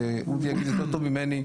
אודי יגיד יותר טוב ממני,